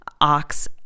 ox